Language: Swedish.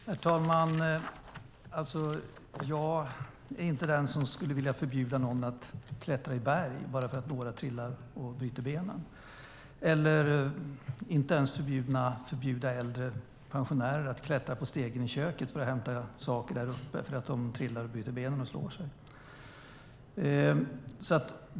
Herr talman! Jag är inte den som skulle vilja förbjuda någon att klättra i berg bara för att några trillar och bryter benen. Jag vill inte heller förbjuda äldre pensionärer att klättra på stegen i köket för att hämta saker högt upp därför att de trillar, bryter benen och slår sig.